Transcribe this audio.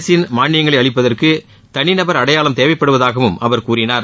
அரசின் மாளியங்களை அளிப்பதற்கு தனிநபர் அடையாளம் தேவைப்படுவதாகவும் அவர் கூறினார்